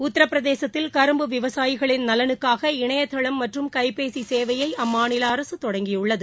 உத்தரபிரதேசத்தில் கரும்பு விவசாயிகளின் நலனுக்கான இணையதளம் மற்றும் கைபேசிசேவையைஅம்மாநிலஅரசுதொடங்கியுள்ளது